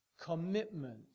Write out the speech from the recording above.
commitment